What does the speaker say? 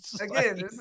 Again